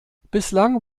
bislang